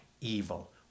evil